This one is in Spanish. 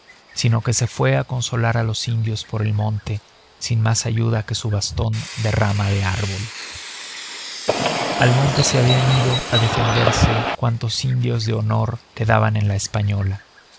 sino que se fue a consolar a los indios por el monte sin más ayuda que su bastón de rama de árbol al monte se habían ido a defenderse cuantos indios de honor quedaban en la española